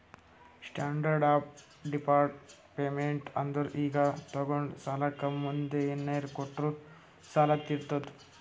standard of deferred payment ಅಂದುರ್ ಈಗ ತೊಗೊಂಡ ಸಾಲಕ್ಕ ಮುಂದ್ ಏನರೇ ಕೊಟ್ಟು ಸಾಲ ತೀರ್ಸೋದು